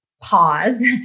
pause